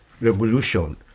Revolution